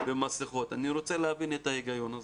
אני רוצה להבין את ההיגיון הזה.